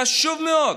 חשוב מאוד.